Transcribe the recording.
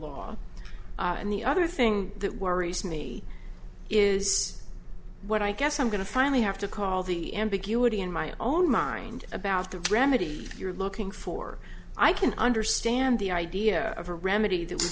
law and the other thing that worries me is what i guess i'm going to finally have to call the ambiguity in my own mind about the remedy you're looking for i can understand the idea of a remedy that